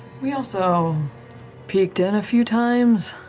we also peeked in a few times,